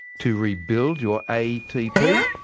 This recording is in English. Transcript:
to rebuild your atp?